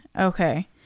Okay